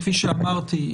כפי שאמרתי,